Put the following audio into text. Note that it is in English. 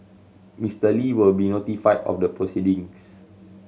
Mister Li will be notified of the proceedings